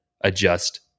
adjust